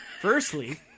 Firstly